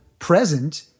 present